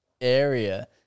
area